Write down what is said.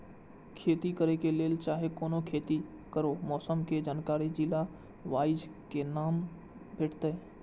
खेती करे के लेल चाहै कोनो खेती करू मौसम के जानकारी जिला वाईज के ना भेटेत?